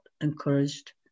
encouraged